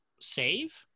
save